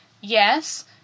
yes